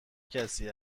کسی